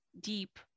deep